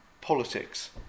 politics